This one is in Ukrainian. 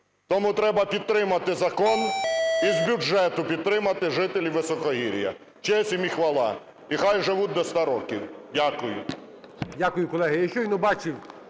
Тому треба підтримати закон і з бюджету підтримати жителів високогір'я. Честь їм і хвала! І хай живуть до 100 років! Дякую. ГОЛОВУЮЧИЙ.